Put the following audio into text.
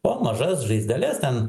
o mažas žaizdeles ten